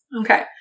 Okay